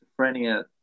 schizophrenia